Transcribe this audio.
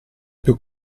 più